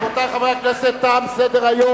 רבותי חברי הכנסת, תם סדר-היום.